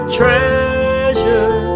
treasure